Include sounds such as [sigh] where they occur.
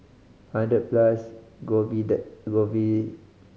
Hundred Plus [unintelligible]